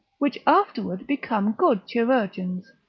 which afterward become good chirurgeons,